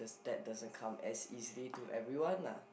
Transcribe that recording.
that doesn't come as is to everyone lah